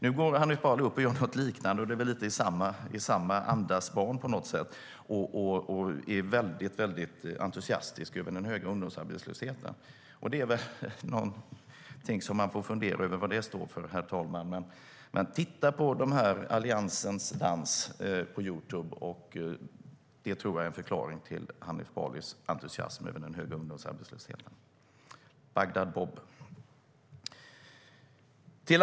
Nu går Hanif Bali upp i samma anda och är entusiastisk över den höga ungdomsarbetslösheten. Det får man väl fundera över vad det står för, herr talman. Men tittar man på Alliansens dans på Youtube tror jag man får en förklaring till Hanif Balis entusiasm över den höga ungdomsarbetslösheten. Bagdad Bob.